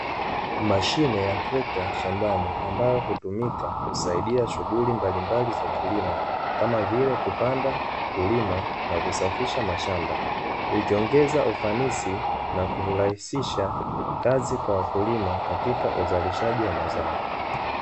Mashine ya trekta shambani ambayo hutumika kusaidia shughuli mbalimbali za kilimo kama vile: kupanda, kulima, na kusafisha mashamba. Ikiongeza ufanisi na kurahisisha kazi kwa wakulima katika uzalishaji wa mazao.